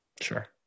Sure